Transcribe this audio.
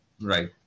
right